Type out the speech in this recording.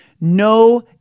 no